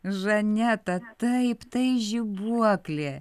žaneta taip tai žibuoklė